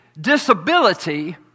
disability